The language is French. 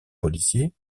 policiers